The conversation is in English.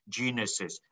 genuses